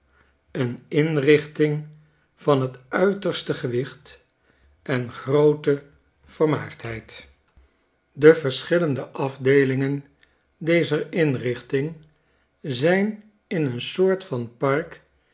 een inrichting van t uiterste gewichten groote vermaardheid de verschillende afdeelingen dezer inrichting zijn in een soort van park